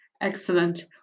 Excellent